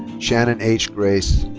shannon h. grace.